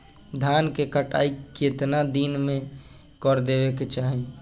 धान क कटाई केतना दिन में कर देवें कि चाही?